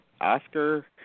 Oscar